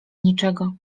niczego